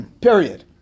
Period